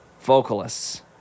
vocalists